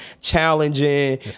challenging